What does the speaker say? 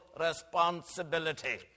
responsibility